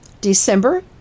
December